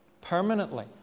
permanently